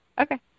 Okay